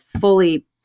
fully